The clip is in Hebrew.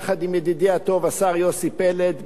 יחד עם ידידי הטוב השר יוסי פלד,